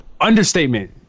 understatement